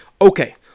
Okay